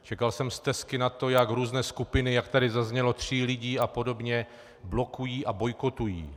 Čekal jsem stesky na to, jak různé skupiny, jak tady zaznělo, tří lidí a podobně blokují a bojkotují.